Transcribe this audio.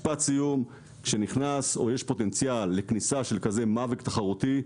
משפט סיום: כאשר יש פוטנציאל לכניסה של כזה מאבריק תחרותי,